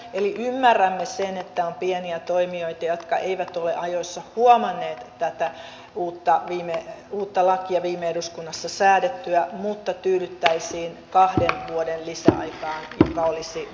eli ymmärrämme sen että on pieniä toimijoita jotka eivät ole ajoissa huomanneet tätä uutta lakia viime eduskunnassa säädettyä mutta tyydyttäisiin kahden vuoden lisäaikaan mikä olisi normaalia ja hyväksyttävää